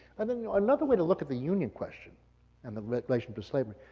and and another way to look at the union question and the relation to slavery,